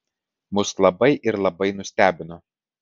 mus labai ir labai nustebino